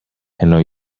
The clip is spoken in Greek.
ενώ